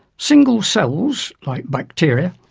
single cells, like bacteria,